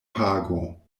pago